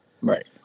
Right